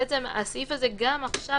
הסעיף הזה גם עכשיו,